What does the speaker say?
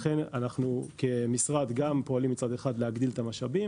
לכן כמשרד אנחנו פועלים מצד אחד להגדיל את המשאבים,